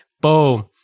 Boom